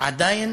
עדיין